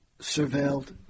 surveilled